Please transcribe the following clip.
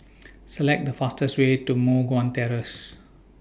Select The fastest Way to Moh Guan Terrace